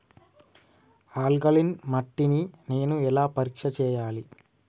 Alkaline మట్టి ని నేను ఎలా పరీక్ష చేయాలి?